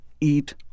Eat